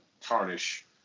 tarnish